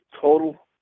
total